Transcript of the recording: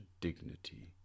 dignity